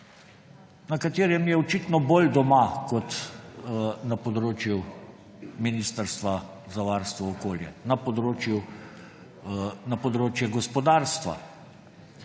na katerem je očitno bolj doma kot na področju ministrstva za varstvo okolja, na področje gospodarstva.